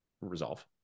resolve